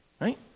right